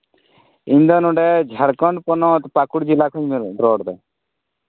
ᱤᱧᱫᱚ ᱱᱚᱰᱮ ᱡᱷᱟᱲᱠᱷᱚᱸᱰ ᱯᱚᱱᱚᱛ ᱯᱟᱠᱩᱲ ᱡᱮᱞᱟ ᱠᱷᱚᱱᱤᱧ ᱨᱚᱲᱫᱟ